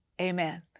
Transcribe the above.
Amen